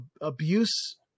abuse